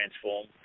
transform